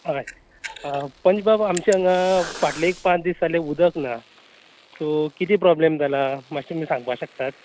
हय आं पंच बाब आमचें हांगा फाटले एक पांच दीस जालें उदक ना सो कितें प्रोब्लेम जाला मातशें तुमी सांगपाक शकतात